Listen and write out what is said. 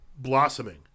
Blossoming